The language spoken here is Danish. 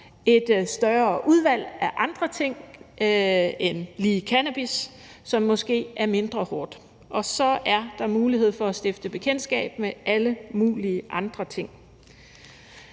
et større udvalg af andre ting end lige cannabis, som måske er mindre hårdt, og så er der mulighed for at stifte bekendtskab med alle mulige andre ting.